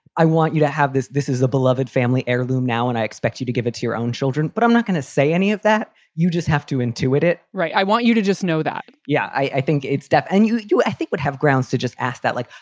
i want you to have this. this is a beloved family heirloom now, and i expect you to give it to your own children. but i'm not going to say any of that. you just have to intuit it. right. i want you to just know that. yeah. i think it's step and you, i think would have grounds to just ask that. like,